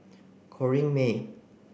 Corrinne May